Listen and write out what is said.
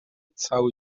cały